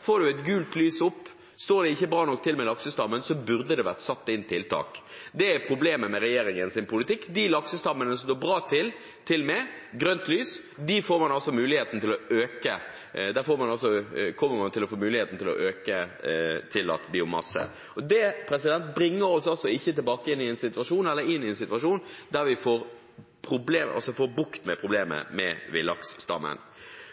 det ikke står bra nok til med laksestammen, burde være å sette inn tiltak. Det er problemet med regjeringens politikk. Der man har laksestammer som det står bra til med, som får grønt lys, får man mulighet til å øke tillatt biomasse. Det bringer oss ikke tilbake til en situasjon der vi får bukt med problemet for villaksstammen.